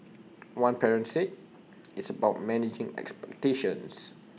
one parent said it's about managing expectations